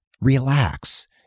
relax